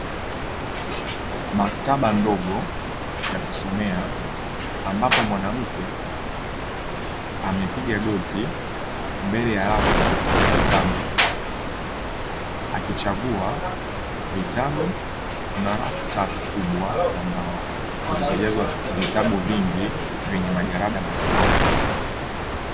Maktaba ndogo ya kusomea ambapo mwanamke amepiga goti mbele ya rafu za vitabu, akichagua vitabu na rafu tatu kubwa za mbao, zilizojazwa vitabu vingi vyenye majarada mbalimbali.